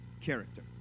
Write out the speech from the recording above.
character